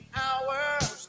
hours